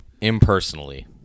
impersonally